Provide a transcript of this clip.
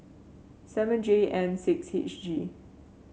seven J N six H G